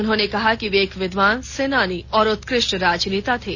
उन्होंने कहा कि वे एक विद्वान सेनानी और उत्कृष्ट राजनेता थे